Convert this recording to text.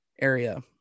area